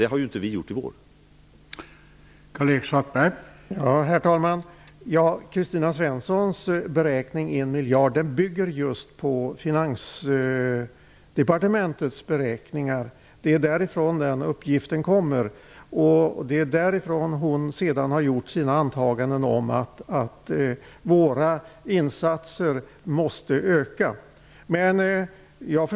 Det har inte vi gjort i vår beräkning.